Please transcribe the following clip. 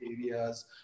areas